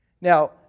Now